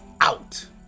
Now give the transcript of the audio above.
out